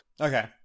Okay